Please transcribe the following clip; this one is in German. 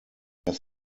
das